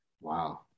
Wow